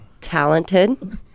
talented